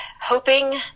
hoping